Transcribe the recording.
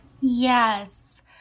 Yes